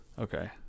Okay